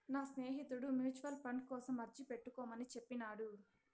నా స్నేహితుడు mutual fund కోసం అర్జీ పెట్టుకోమని చెప్పినాడు